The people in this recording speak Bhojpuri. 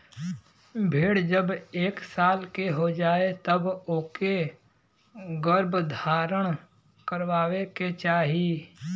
भेड़ जब एक साल के हो जाए तब ओके गर्भधारण करवाए के चाही